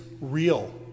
real